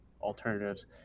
alternatives